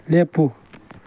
ꯂꯦꯞꯄꯨ